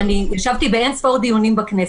-- וישבתי באין-ספור דיונים בכנסת.